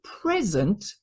present